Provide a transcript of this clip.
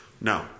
No